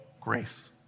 grace